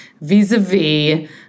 vis-a-vis